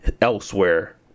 elsewhere